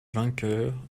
vainqueur